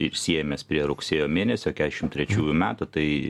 ir siejamės prie rugsėjo mėnesio kiašim trečiųjų metų tai